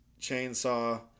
chainsaw